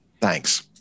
Thanks